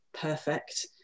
perfect